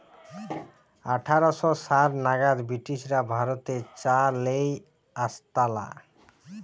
আঠার শ সাল নাগাদ ব্রিটিশরা ভারতে চা লেই আসতালা